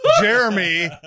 Jeremy